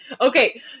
Okay